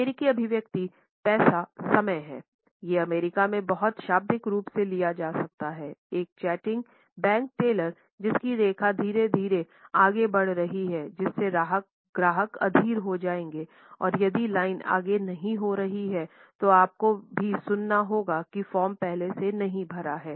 अमेरिकी अभिव्यक्ति समय पैसा है ये अमेरिका में बहुत शाब्दिक रूप से लिया जा सकता है एक चैटी बैंक टेलर जिसकी रेखा धीरे धीरे आगे बढ़ रही है जिससे ग्राहक अधीर हो जाएंगे और यदि लाइन आगे नहीं हो रही है तो आपको भी सुनना होगा की फॉर्म पहले से नहीं भरा हैं